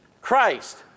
Christ